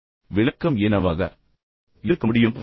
இப்போது விளக்கம் என்னவாக இருக்க முடியும்